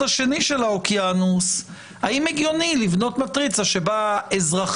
השני של האוקיינוס הגיוני לבנות מטריצה שאזרחים,